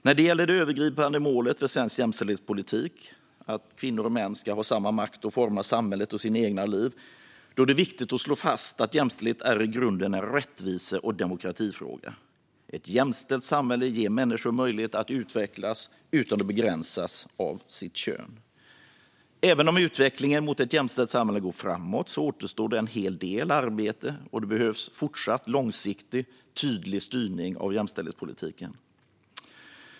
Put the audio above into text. När det gäller det övergripande målet för svensk jämställdhetspolitik, nämligen att kvinnor och män ska ha samma makt att forma samhället och sina egna liv, är det viktigt att slå fast att jämställdhet i grunden är en rättvise och demokratifråga. Ett jämställt samhälle ger människor möjlighet att utvecklas utan att begränsas av sitt kön. Även om utvecklingen mot ett jämställt samhälle går framåt återstår en hel del arbete, och det behövs en fortsatt långsiktig och tydlig styrning av jämställdhetspolitiken.